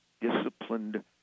disciplined